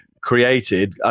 created